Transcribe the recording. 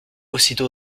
aussitôt